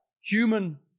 human